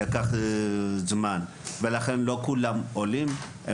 לקח זמן ולכן לא כולם עולים.